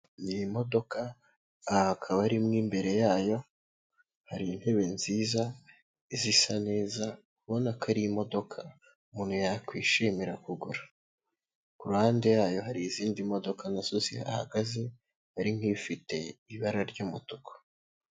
Ni imodoka aha akaba ari imwe imbere yayo, hari intebe nziza, zisa neza ubona ko ari imodoka umuntu yakwishimira kugura. kuruhande yayo hari izindi modoka nazo zihagaze, hari nk'ifite ibara ry'umutuku.